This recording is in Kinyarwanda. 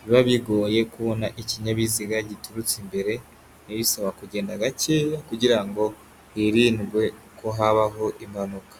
biba bigoye kubona ikinyabiziga giturutse imbere, bisaba kugenda gakeya kugira ngo hirindwe ko habaho impanuka.